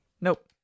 Nope